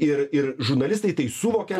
ir ir žurnalistai tai suvokia